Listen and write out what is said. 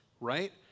right